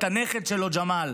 את הנכד שלו ג'מאל.